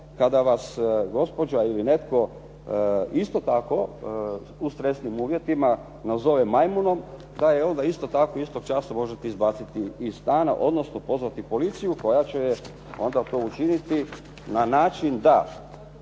kada vas gospođa ili netko isto tako u stresnim uvjetima nazove majmunom da je onda isto tako istog časa možete izbaciti iz stana, odnosno pozvati policiju koja će onda to učiniti na način da